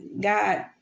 God